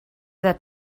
that